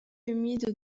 humides